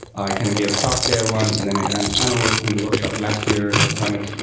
i kind of gave a talk there once and then i ran the panel, and the workshop last year helped fronted.